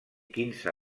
quinze